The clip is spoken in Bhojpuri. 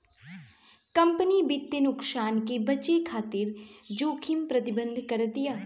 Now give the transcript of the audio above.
कंपनी वित्तीय नुकसान से बचे खातिर जोखिम प्रबंधन करतिया